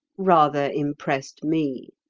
rather impressed me.